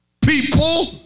people